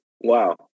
Wow